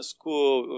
School